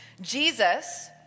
Jesus